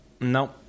No